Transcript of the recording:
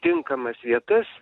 tinkamas vietas